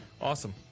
Awesome